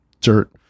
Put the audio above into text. dirt